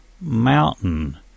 Mountain